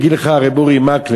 יגיד לך ר' אורי מקלב,